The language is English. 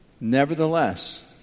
nevertheless